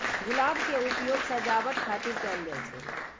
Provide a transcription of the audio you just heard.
गुलाब के उपयोग सजावट खातिर कैल जाइ छै